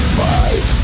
five